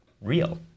real